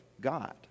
God